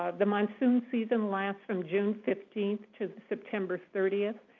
ah the monsoon season lasts from june fifteen to september third.